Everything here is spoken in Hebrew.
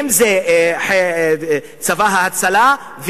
אם צבא ההצלה,